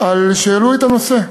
על שהעלו את הנושא.